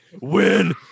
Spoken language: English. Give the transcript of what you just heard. Win